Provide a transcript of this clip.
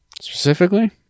Specifically